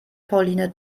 pauline